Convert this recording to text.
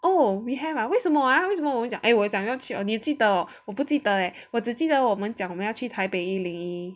oh we have ah 为什么啊为什么啊 eh 我有讲要去你记得哦我不记得嘞我只记得我们讲我们要去台北一零一